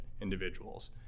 individuals